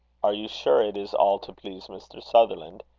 are you sure it is all to please mr. sutherland?